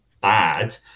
bad